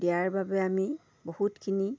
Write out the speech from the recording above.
দিয়াৰ বাবে আমি বহুতখিনি